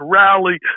rally